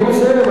אני מסיים.